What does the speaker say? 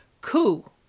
coup